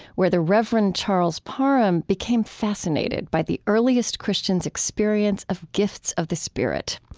where the reverend charles parham became fascinated by the earliest christians' experience of gifts of the spirit.